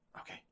Okay